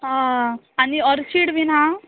आं आनी ऑर्चीड बीन आहा